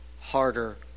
harder